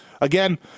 again